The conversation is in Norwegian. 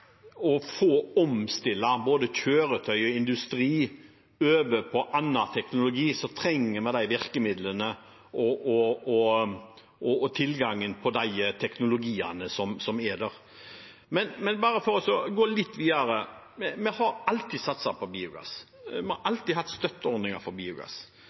omstille både kjøretøy og industri over til annen teknologi, trenger vi de virkemidlene og tilgangen på de teknologiene som er der. Men bare for å gå litt videre. Vi har alltid satset på biogass. Vi har alltid hatt støtteordninger for biogass.